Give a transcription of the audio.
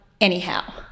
anyhow